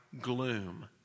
Gloom